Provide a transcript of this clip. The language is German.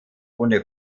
ohne